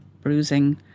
bruising